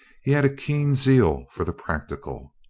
he had a keen zeal for the prac tical.